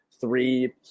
three